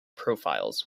profiles